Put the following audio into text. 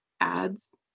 ads